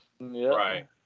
Right